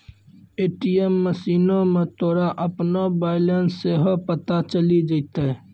ATM मशीनो मे तोरा अपनो बैलेंस सेहो पता चलि जैतै